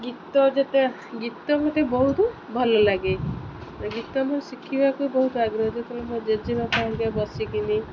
ଗୀତ ଯେତେ ଗୀତ ମୋତେ ବହୁତ ଭଲ ଲାଗେ ଗୀତ ମୋ ଶିଖିବାକୁ ବହୁତ ଆଗ୍ରହ ତେଣୁ ମୋ ଜେଜେ ବାପା ବସିକିନି